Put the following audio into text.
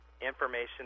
information